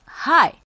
Hi